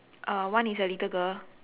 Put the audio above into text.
uh one is a little girl